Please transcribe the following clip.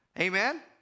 Amen